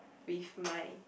with my